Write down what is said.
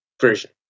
version